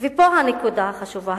ופה הנקודה החזקה,